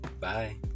Bye